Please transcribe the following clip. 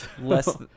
Less